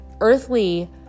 earthly